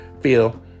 feel